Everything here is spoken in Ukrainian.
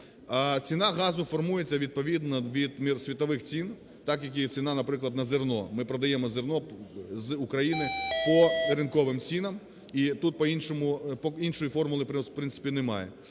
Ціна газу формується відповідно від світових цін, так як і ціна, наприклад, на зерно. Ми продаємо зерно з України по ринковим цінам. І тут іншої формули, в принципі, немає.